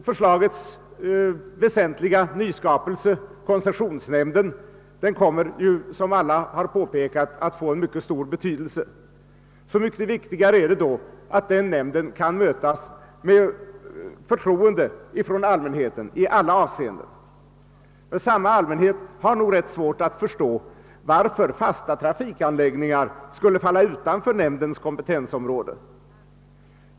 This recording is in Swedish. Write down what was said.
Förslagets väsentliga nyskapelse, koncessionsnämnden, kommer som alla har påpekat att få mycket stor betydelse. Så mycket viktigare är det då att den i alla avseenden kan mötas med förtroende från allmänheten. Men samma allmänhet har nog ganska svårt att förstå varför fasta trafikanläggningar skulle ligga utanför nämndens kompetensområde.